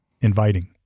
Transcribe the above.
inviting